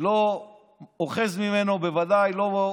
לא אוחז ממנו, בוודאי לא,